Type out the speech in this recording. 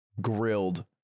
grilled